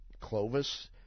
Clovis